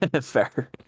Fair